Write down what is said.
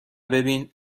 ببین